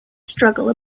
struggle